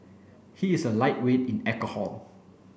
he is a lightweight in alcohol